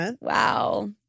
Wow